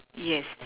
yes